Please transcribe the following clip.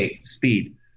speed